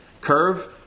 curve